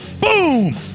Boom